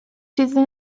چیزی